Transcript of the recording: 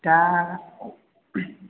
दा